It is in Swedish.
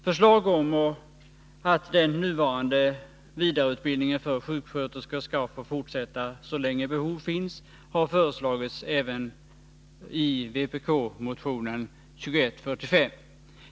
Förslag om att den nuvarande vidareutbildningen för sjuksköterskor skall få fortsätta så länge behov finns har förts fram även i vpk-motionen 2145.